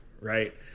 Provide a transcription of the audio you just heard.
right